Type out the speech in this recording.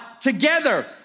together